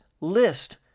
list